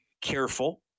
careful